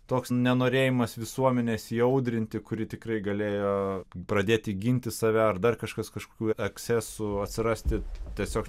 toks nenorėjimas visuomenės įaudrinti kuri tikrai galėjo pradėti ginti save ar dar kažkas kažkokių ekscesų atsirasti tiesiog